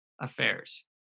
affairs